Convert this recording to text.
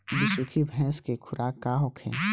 बिसुखी भैंस के खुराक का होखे?